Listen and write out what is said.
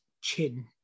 chin